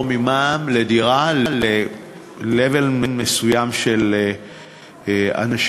ממע"מ על דירה ל-level מסוים של אנשים,